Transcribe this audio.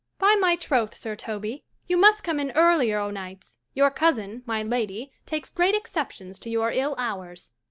by my troth, sir toby, you must come in earlier o' nights your cousin, my lady, takes great exceptions to your ill hours.